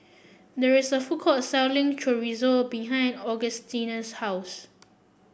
there is a food court selling Chorizo behind Augustina's house